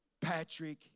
Patrick